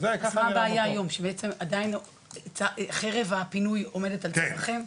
אז מה הבעיה היום, שחרב הפינוי עומדת על צווארכם?